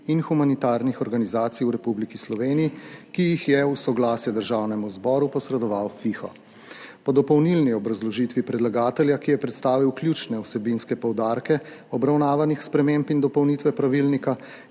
in humanitarnih organizacij v Republiki Sloveniji, ki jih je v soglasje Državnemu zboru posredoval FIHO. Po dopolnilni obrazložitvi predlagatelja, ki je predstavil ključne vsebinske poudarke obravnavanih sprememb in dopolnitve pravilnika,